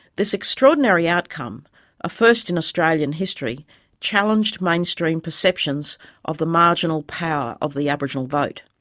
this extraordinary outcome a first in australian history challenged mainstream perceptions of the marginal power of the aboriginal vote.